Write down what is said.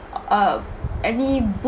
um any